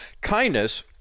kindness